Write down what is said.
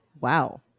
wow